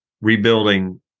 rebuilding